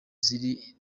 ziri